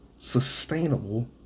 sustainable